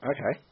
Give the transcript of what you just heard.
Okay